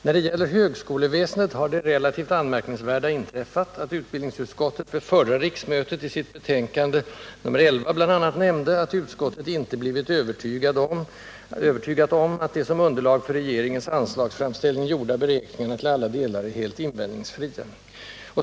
När det gäller högskoleväsendet har det relativt anmärkningsvärda inträffat, att utbildningsutskottet vid förra riksmötet i sitt betänkande 1977/78:11 bl.a. nämnde ”att utskottet inte blivit övertygat om att de som underlag för regeringens anslagsframställning gjorda beräkningarna till alla delar är helt invändningsfria”.